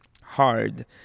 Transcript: hard